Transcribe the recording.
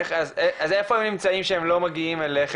אז איפה הם נמצאים אם הם לא מגיעים אליכם?